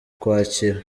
ukwakira